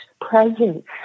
presence